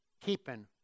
keeping